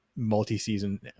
multi-season